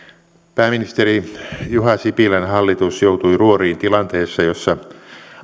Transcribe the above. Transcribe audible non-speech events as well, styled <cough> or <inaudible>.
pääministeri juha sipilän hallitus joutui ruoriin tilanteessa jossa <unintelligible>